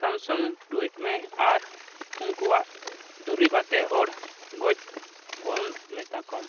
Samsung ᱴᱩᱭᱤᱴ ᱢᱮ ᱟᱨ ᱩᱱᱠᱩᱣᱟᱜ ᱫᱩᱨᱤᱵᱽ ᱟᱛᱮᱫ ᱦᱚᱲ ᱜᱚᱡ ᱵᱚᱱᱫᱷ ᱢᱮᱛᱟᱠᱚᱢ